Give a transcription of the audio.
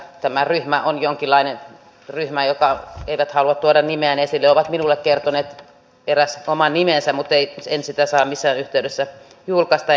tämä ryhmä on jonkinlainen ryhmä joka ei halua tuoda nimiään esille ovat minulle kertoneet eräs oman nimensä mutta en sitä saa missään yhteydessä julkaista enkä julkaise